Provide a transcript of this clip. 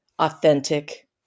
authentic